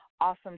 awesome